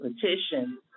petition